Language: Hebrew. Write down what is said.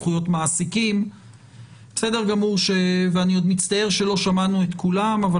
בזכויות מעסיקים ואני עוד מצטער שלא שמענו את כולם אבל